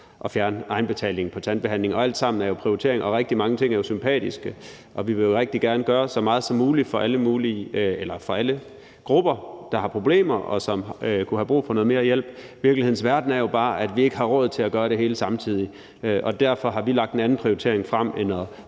at fjerne egenbetalingen på tandbehandling. Det er jo alt sammen prioriteringer, og rigtig mange ting er jo sympatiske, og vi vil rigtig gerne gøre så meget som muligt for alle grupper, der har problemer, og som kunne have brug for noget mere hjælp. I virkelighedens verden er det jo bare sådan, at vi ikke har råd til at gøre det hele samtidig, og derfor har vi lagt en anden prioritering frem end at